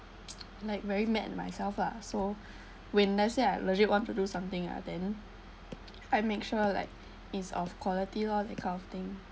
like very mad at myself lah so when I say I legit want to do something ah then I make sure like is of quality lor that kind of thing